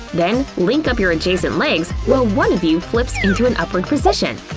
then link up your adjacent legs while one of you flips into an upward position!